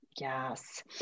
Yes